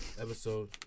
episode